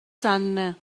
زنونه